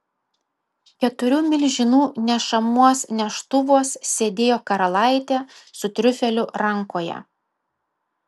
keturių milžinų nešamuos neštuvuos sėdėjo karalaitė su triufeliu rankoje